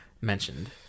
mentioned